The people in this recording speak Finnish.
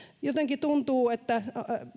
jotenkin tuntuu että